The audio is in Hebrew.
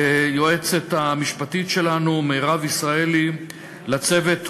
ליועצת המשפטית שלנו מירב ישראלי, לצוות כולו,